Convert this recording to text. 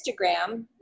Instagram